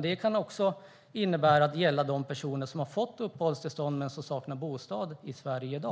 Det kan också gälla de personer som har fått uppehållstillstånd men som saknar bostad i Sverige.